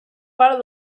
part